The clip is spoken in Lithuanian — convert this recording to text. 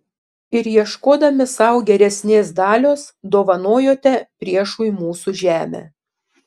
ir ieškodami sau geresnės dalios dovanojote priešui mūsų žemę